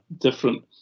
different